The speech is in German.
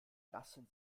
lassen